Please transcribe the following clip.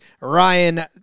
Ryan